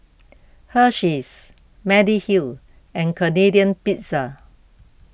Hersheys Mediheal and Canadian Pizza